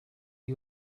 you